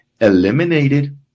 eliminated